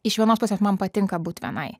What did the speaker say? iš vienos pusės man patinka būt vienai